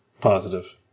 Positive